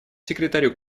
секретарю